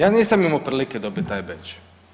Ja nisam imao prilike dobit taj bedž.